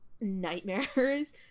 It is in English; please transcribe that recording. nightmares